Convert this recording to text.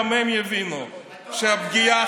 וגם הם יבינו שהפגיעה,